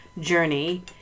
journey